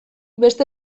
beste